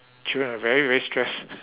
children are very very stressed